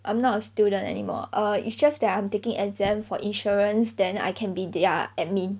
I'm not a student anymore err it's just that I'm taking exam for insurance than I can be their admin